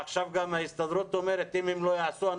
עכשיו גם ההסתדרות אומרת אם הם לא יעשו,